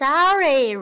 Sorry